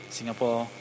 Singapore